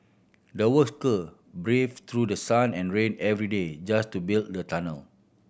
the braved through the sun and rain every day just to build the tunnel